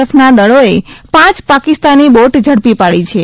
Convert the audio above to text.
એફના દળોએ પાંચ પાકિસ્તાની બોટ ઝડપી પાડી છે